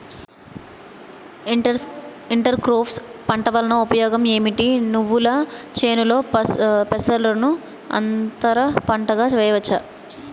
Inter crops పంట వలన ఉపయోగం ఏమిటి? నువ్వుల చేనులో పెసరను అంతర పంటగా వేయవచ్చా?